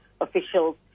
officials